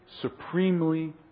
supremely